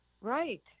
right